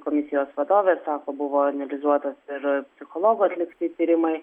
komisijos vadovė sako buvo analizuotas ir psichologų atlikti tyrimai